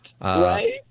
Right